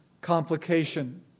complication